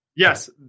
Yes